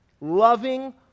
Loving